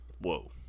Whoa